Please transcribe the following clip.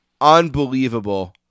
Unbelievable